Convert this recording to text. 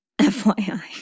FYI